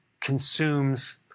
consumes